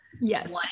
Yes